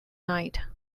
night